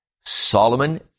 Solomon